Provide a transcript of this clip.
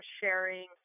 sharing